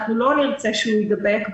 אנחנו לא נרצה שהוא יידבק,